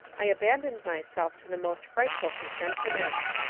i abandoned myself to the most frightful presentiments.